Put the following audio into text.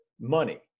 money